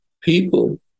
People